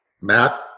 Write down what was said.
Matt